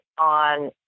on